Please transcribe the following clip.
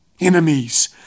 enemies